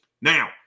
Now